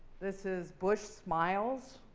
this is bush smiles.